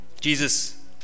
Jesus